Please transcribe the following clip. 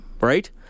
Right